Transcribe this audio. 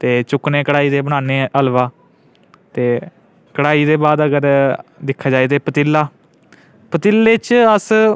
ते चुक्कने कड़ाही ते बनान्ने हलवा ते कड़ाही दे बाद अगर दिक्खेआ जा ते पतीला पतीले च अस